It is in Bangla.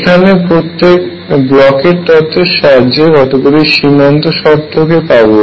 এখানে ব্লকের তত্ত্বের সাহায্যে কতগুলি সীমান্ত শর্তকে পাব